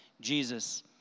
Jesus